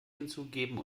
hinzugeben